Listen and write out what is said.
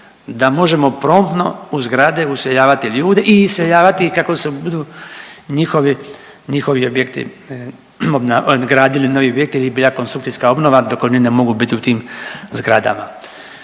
da možemo promptno u zgrade iseljavati ljude i iseljavati ih kako se budu njihovi objekti, gradili novi objekti ili bila konstrukcijska obnova dok oni ne mogu biti u tim zgradama.